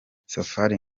safari